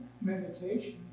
meditation